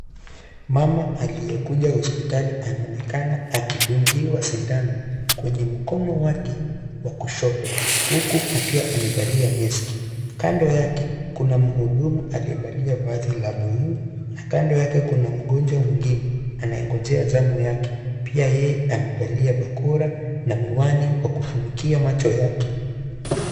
Mama aliyekuja hospitali anaonekana akidungiwa sindano kwenye mkono wake wa kushoto huku akiwa amevalia mask kando yake kuna muhudumu aliyevalia vazi la bluu na kando yake kuna mgonjwa mwingine anayegonjea zamu yake pia yeye amevalia bakora na miwani kwa kufunikia macho yake.